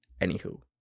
anywho